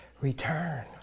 return